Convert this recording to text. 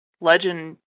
legend